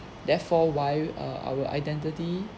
therefore why err our identity